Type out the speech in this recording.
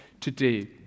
today